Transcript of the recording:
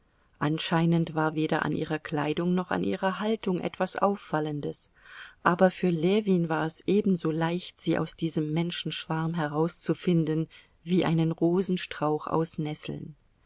anscheinend war weder an ihrer kleidung noch an ihrer haltung etwas auffallendes aber für ljewin war es ebenso leicht sie aus diesem menschenschwarm herauszufinden wie einen rosenstrauch aus nesseln